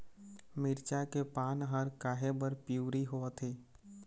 मिरचा के पान हर काहे बर पिवरी होवथे?